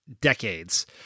decades